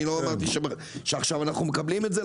אני לא אמרתי שעכשיו אנחנו מקבלים את זה,